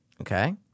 Okay